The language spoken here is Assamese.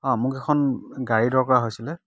অঁ মোক এখন গাড়ী দৰকাৰ হৈছিলে